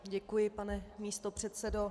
Děkuji, pane místopředsedo.